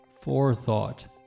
forethought